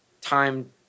time